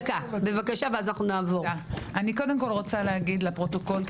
קודם כל אני רוצה להגיד לפרוטוקול,